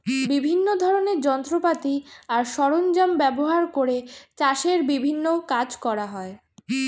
বিভিন্ন ধরনের যন্ত্রপাতি আর সরঞ্জাম ব্যবহার করে চাষের বিভিন্ন কাজ করা হয়